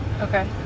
okay